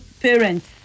parents